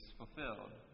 fulfilled